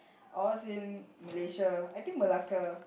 I was in Malaysia I think Melaka